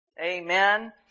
Amen